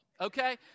okay